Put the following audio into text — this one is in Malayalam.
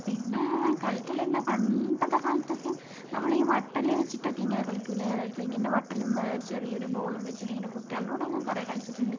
പിന്നെ കളിക്കൽ ഉണ്ട് പണ്ടത്തെ കാലത്തൊക്കെ നമ്മള് വട്ടൽ വെച്ചിട്ടൊക്കെ ഇങ്ങനെ കളിക്കൂലേ അതായത് തെങ്ങിൻ്റെ വട്ടലും ചെറിയൊരു ബോളും വെച്ചിട്ട് ഇങ്ങനെ കുട്ടികളുടെ കൂടെ ഒക്കെ കുറേ കളിച്ചിട്ടുണ്ട്